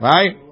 Right